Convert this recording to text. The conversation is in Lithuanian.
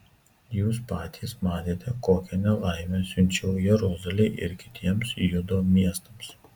jūs patys matėte kokią nelaimę siunčiau jeruzalei ir kitiems judo miestams